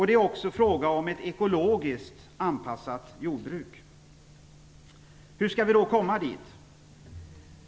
Det är också fråga om ett ekologiskt anpassat jordbruk. Hur skall vi då komma dit?